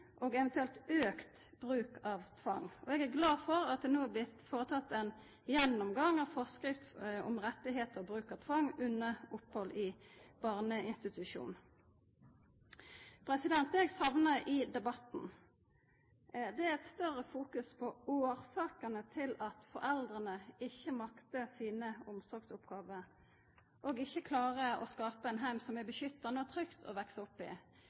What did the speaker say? og eventuelt økt bruk av tvang. Jeg er veldig glad for at det nå er blitt foretatt en gjennomgang av forskriften om rettigheter og bruk av tvang under opphold i barnevernsinstitusjon. Det jeg savner i debatten, er et større fokus på årsakene til at foreldre ikke makter sine omsorgsoppgaver og ikke klarer å skape et hjem som er beskyttende og trygt å vokse opp i.